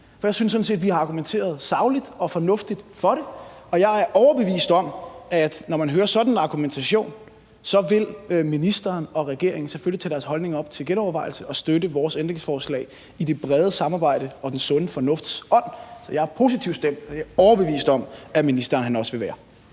for jeg synes sådan set, at vi har argumenteret sagligt og fornuftigt for det, og jeg er overbevist om, at når man hører sådan en argumentation, så vil ministeren og regeringen selvfølgelig tage deres holdning op til genovervejelse og støtte vores ændringsforslag i det brede samarbejde og den sunde fornufts ånd. Så jeg er positivt stemt, og det er jeg overbevist om at ministeren også vil være.